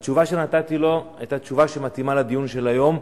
התשובה שנתתי לו היתה תשובה שמתאימה לדיון של היום: